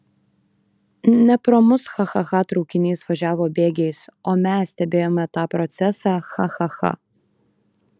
ne pro mus cha cha cha traukinys važiavo bėgiais o mes stebėjome tą procesą cha cha cha